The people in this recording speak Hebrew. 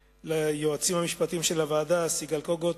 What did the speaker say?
ליועצים המשפטיים של הוועדה: עורכת-הדין סיגל קוגוט,